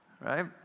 right